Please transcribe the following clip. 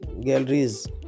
galleries